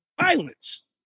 violence